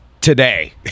today